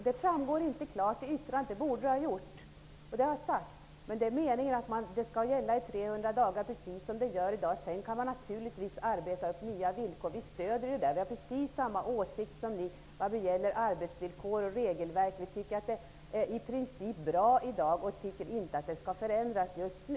Det framgår inte klart av yttrandet, vilket det borde ha gjort, att det är meningen att försäkringen skall gälla i 300 dagar, precis som i dag. Sedan kan man arbeta upp nya villkor. Vi har precis samma åsikt som ni vad gäller arbetsvillkor och regelverk. De är i princip bra i dag och skall inte förändras just nu.